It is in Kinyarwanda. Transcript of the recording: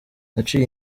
naciye